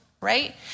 right